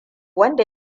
wanda